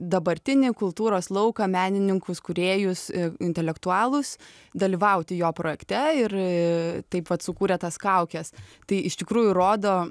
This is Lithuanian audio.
dabartinį kultūros lauką menininkus kūrėjus intelektualus dalyvauti jo projekte ir taip vat sukūrė tas kaukes tai iš tikrųjų rodo